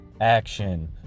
action